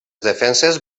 defenses